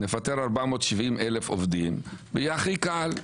נפטר 470,000 עובדים ויהיה הכי קל,